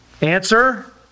Answer